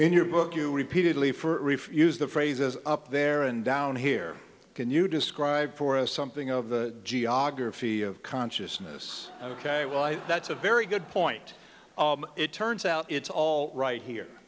in your book you repeatedly for if use the phrase is up there and down here can you describe for us something of the geography of consciousness ok why that's a very good point it turns out it's all right here